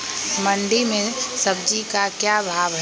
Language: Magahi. मंडी में सब्जी का क्या भाव हैँ?